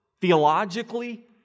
theologically